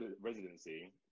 residency